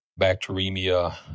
bacteremia